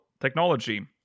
technology